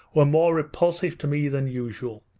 were more repulsive to me than usual.